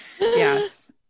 yes